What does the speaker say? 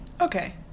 Okay